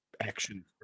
action